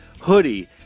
hoodie